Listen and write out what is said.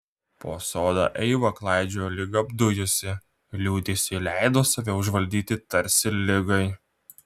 po sodą eiva klaidžiojo lyg apdujusi liūdesiui leido save užvaldyti tarsi ligai